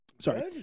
sorry